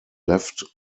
left